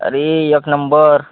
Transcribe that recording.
अरे एक नंबर